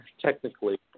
technically